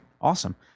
Awesome